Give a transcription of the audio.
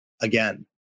again